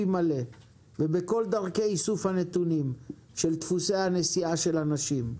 מלא ובכל דרכי איסוף הנתונים של דפוסי הנסיעה של אנשים.